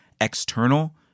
external